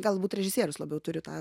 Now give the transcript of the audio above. galbūt režisierius labiau turi tą